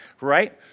right